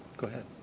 go ahead.